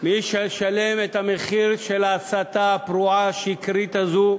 מי שישלמו את המחיר של ההסתה הפרועה, השקרית הזו,